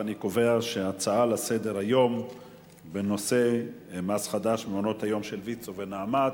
אני קובע שההצעות לסדר-היום בנושא מס חדש במעונות-היום של ויצו ו"נעמת",